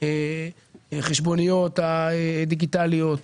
החשבוניות הדיגיטליות.